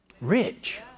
Rich